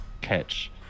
catch